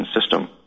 system